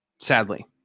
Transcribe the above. sadly